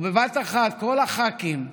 ובבת אחת כל הח"כים החדשים,